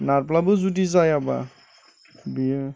नारब्लाबो जुदि जायाब्ला बेयो